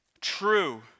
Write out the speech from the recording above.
true